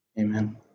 amen